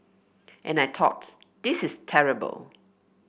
and I thought this is terrible